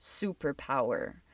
superpower